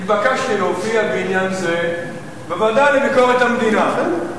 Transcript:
התבקשתי להופיע בעניין זה בוועדה לביקורת המדינה.